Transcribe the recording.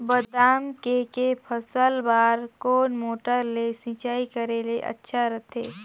बादाम के के फसल बार कोन मोटर ले सिंचाई करे ले अच्छा रथे?